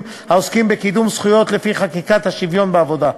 העוסקים בקידום זכויות לפי חקיקת השוויון בעבודה.